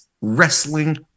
wrestling